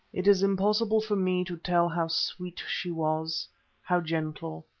it is impossible for me to tell how sweet she was how gentle,